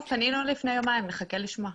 טוב, פנינו לפני יומיים, נחכה לשמוע.